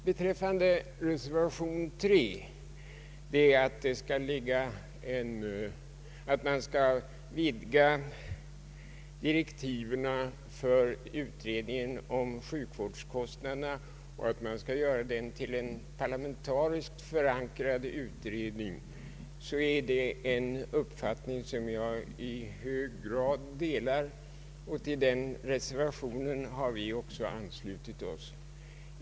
Beträffande reservation 3, som avser att man skall vidga direktiven för utredningen om sjukvårdskostnaderna och att man skall göra den till en parlamentariskt förankrad utredning, så är detta en uppfattning som jag i hög grad delar. Vi har också anslutit oss till denna reservation.